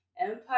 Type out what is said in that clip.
Empire